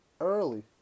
Early